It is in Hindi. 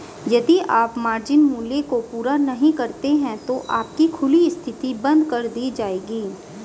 यदि आप मार्जिन मूल्य को पूरा नहीं करते हैं तो आपकी खुली स्थिति बंद कर दी जाएगी